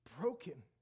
broken